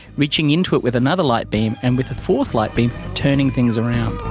reaching into it with another light beam, and with a fourth light beam turning things around.